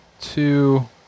Two